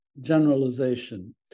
generalization